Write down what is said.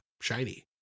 shiny